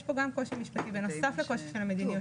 יש כאן גם קושי משפטי בנוסף לקושי של המדיניות